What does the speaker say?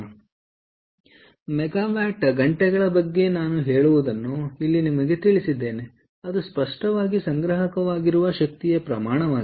ಆದ್ದರಿಂದ ಮೆಗಾವ್ಯಾಟ್ ಗಂಟೆಗಳ ಬಗ್ಗೆ ನಾನು ಹೇಳುವುದನ್ನು ಇಲ್ಲಿ ನಿಮಗೆ ತಿಳಿದಿದೆ ಅದು ಸ್ಪಷ್ಟವಾಗಿ ಸಂಗ್ರಹವಾಗಿರುವ ಶಕ್ತಿಯ ಪ್ರಮಾಣವಾಗಿದೆ